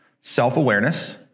Self-awareness